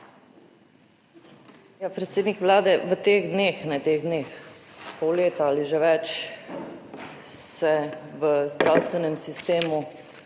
Predsednik Vlade, v teh dneh, ne teh dneh, v pol leta ali že več se v zdravstvenem sistemu